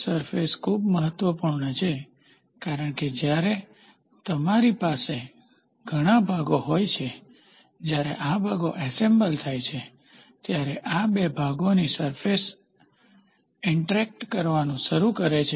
surface ખૂબ મહત્વપૂર્ણ છે કારણ કે જ્યારે તમારી પાસે ઘણા ભાગો હોય છે જ્યારે આ ભાગો એસેમ્બલ થાય છે ત્યારે આ બે ભાગોની સરફેસ ઈન્ટરેક્ટ કરવાનું શરૂ કરે છે